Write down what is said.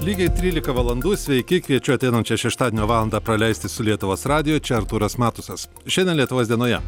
lygiai trylika valandų sveiki kviečiu ateinančio šeštadienio valandą praleisti su lietuvos radiju čia artūras matusas šiandien lietuvos dienoje